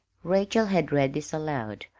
rachel had read this aloud,